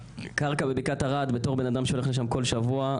הקרקע בבקעת ארד בתור בן אדם שהולך לשם כל שבוע,